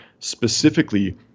specifically